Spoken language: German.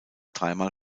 dreimal